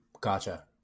Gotcha